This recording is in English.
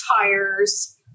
tires